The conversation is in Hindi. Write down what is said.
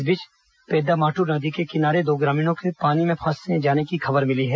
इस बीच पेद्दामाट्र नदी के किनारे दो ग्रामीणों के पानी में फंसे होने की खबर मिली है